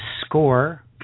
score